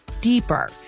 deeper